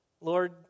Lord